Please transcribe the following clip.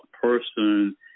person